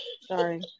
sorry